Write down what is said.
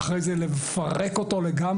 ואחר כך לפרק אותו לגמרי,